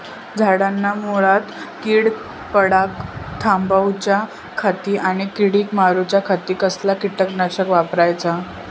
झाडांच्या मूनात कीड पडाप थामाउच्या खाती आणि किडीक मारूच्याखाती कसला किटकनाशक वापराचा?